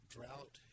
Drought